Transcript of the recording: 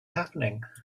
happening